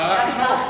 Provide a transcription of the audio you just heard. שר החינוך.